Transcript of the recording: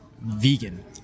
vegan